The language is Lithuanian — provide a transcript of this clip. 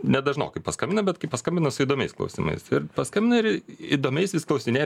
nedažnokai paskambina bet kai paskambina su įdomiais klausimais ir paskambina ir įdomiais vis klausinėja